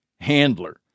handler